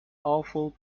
awful